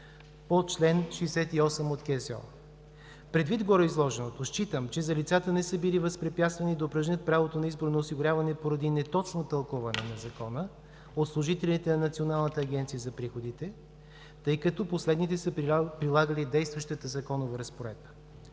по чл. 68 от КСО. Предвид гореизложеното считам, че лицата не са били възпрепятствани да упражнят правото на избор на осигуряване, поради неточно тълкуване на Закона от служителите на Националната агенция за приходите, тъй като последните са прилагали действащата законова разпоредба.